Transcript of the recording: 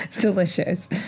delicious